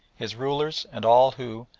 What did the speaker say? his rulers and all who,